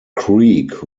creek